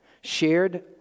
Shared